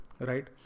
right